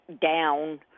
down